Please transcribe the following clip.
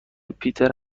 پیتر